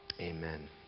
Amen